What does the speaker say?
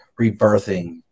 rebirthing